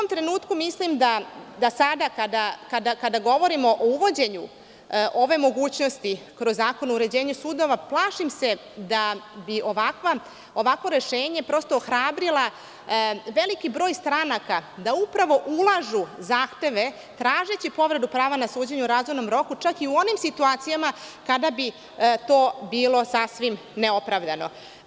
Mislim da sada kada govorimo o uvođenju ove mogućnosti kroz Zakon o uređenju sudova, plašim se da bi ovakvo rešenje prosto hrabrila veliki broj stranaka da ulažu zahteve, tražeći povredu prava na suđenje u razumnom roku, čak i u onim situacijama kada bi to bilo sasvim neopravdano.